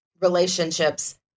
relationships